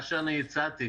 מה שאני הצעתי,